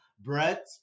Brett